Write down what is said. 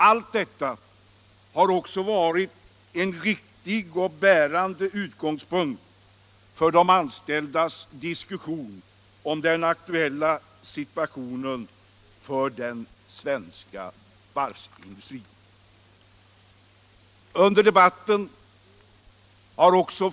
Allt detta har varit en riktig och bärande utgångspunkt för de anställdas diskussion om den aktuella situationen i den svenska varvsindustrin.